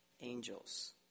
angels